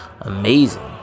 amazing